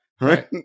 right